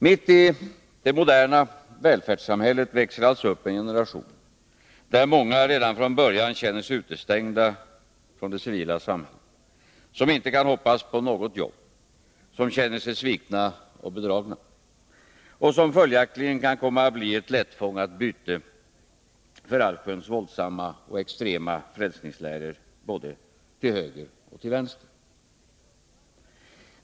Mitt i det moderna välfärdssamhället växer det alltså upp en generation där många redan från början känner sig utestängda från det civila samhället, inte kan hoppas på något jobb, känner sig svikna och bedragna och följaktligen kan komma att bli ett lättfångat byte för allsköns våldsamma och extrema frälsningsläror både till höger och till vänster.